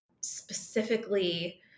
specifically